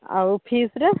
ଆଉ ଫିସ୍ରେ